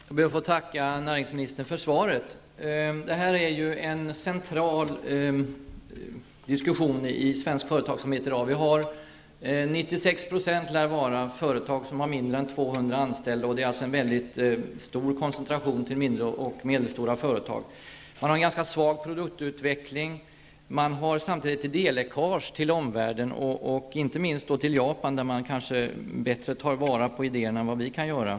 Fru talman! Jag ber att få tacka näringsministern för svaret. Det här är en central diskussion i svensk företagsamhet i dag. 96 20 av företagen lär vara företag som har mindre än 200 anställda. Det är en mycket stor koncentration till mindre och medelstora företag. Man har en ganska svag produktutveckling och samtidigt idéläckage till omvärlden, inte minst till Japan där man kanske bättre kan ta vara på idéerna än vad vi kan göra.